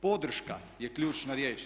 Podrška je ključna riječ.